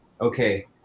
okay